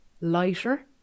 lighter